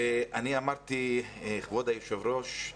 ואמרתי, כבוד היושב-ראש,